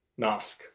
Nosk